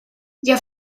jag